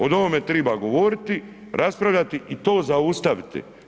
O ovome treba govoriti, raspravljati i to zaustaviti.